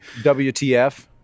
WTF